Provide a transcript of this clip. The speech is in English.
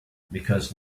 because